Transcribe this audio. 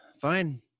Fine